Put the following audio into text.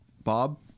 Bob